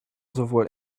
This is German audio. sowohl